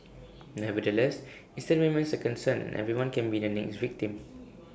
nevertheless IT still remains A concern and anyone can be the next victim